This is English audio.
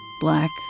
Black